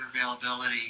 availability